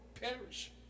perish